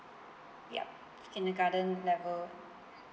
yup kindergarten level